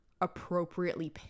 appropriately